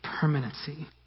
permanency